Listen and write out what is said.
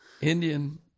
Indian